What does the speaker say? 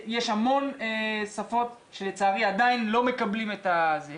יש המון שפות שלצערי עדיין לא מקבלים את זה.